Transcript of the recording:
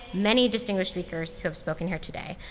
many distinguished speakers who have spoken here today.